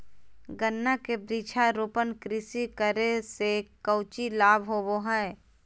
गन्ना के वृक्षारोपण कृषि करे से कौची लाभ होबो हइ?